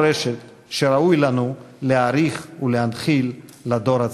כמדומני שאת כל אלה יש לראות בראש ובראשונה לנגד עינינו